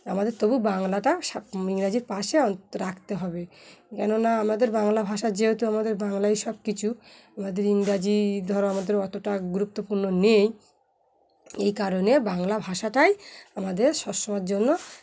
আমাদের তবু বাংলাটা ইংরাজির পাশে রাখতে হবে কেননা আমাদের বাংলা ভাষা যেহেতু আমাদের বাংলাই সব কিছু আমাদের ইংরাজি ধরো আমাদের অতটা গুরুত্বপূর্ণ নেই এই কারণে বাংলা ভাষাটাই আমাদের সবসময়ের জন্য